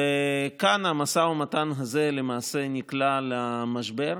כאן המשא ומתן הזה למעשה נקלע למשבר,